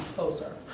closer.